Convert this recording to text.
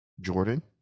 Jordan